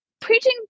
preaching